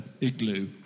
Igloo